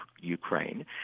ukraine